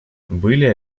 были